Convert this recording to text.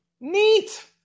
Neat